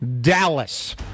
Dallas